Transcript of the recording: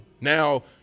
Now